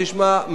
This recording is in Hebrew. תשמע,